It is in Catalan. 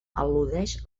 al·ludeix